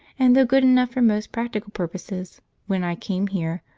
and though good enough for most practical purposes when i came here,